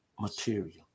material